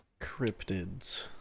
cryptids